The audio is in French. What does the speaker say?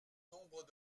nombre